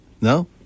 No